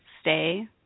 stay